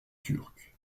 turc